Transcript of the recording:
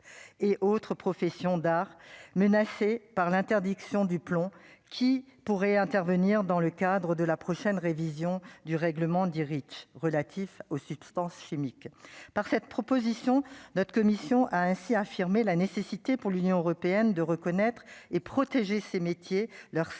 et autres professions d'art menacés par l'interdiction du plomb qui pourrait intervenir dans le cadre de la prochaine révision du règlement dit Éric relatif aux substances chimiques par cette proposition, notre commission a ainsi affirmé la nécessité pour l'Union européenne de reconnaître et protéger ses métiers leur savoir-faire